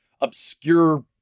obscure